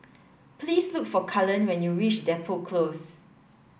please look for Cullen when you reach Depot Close